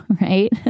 right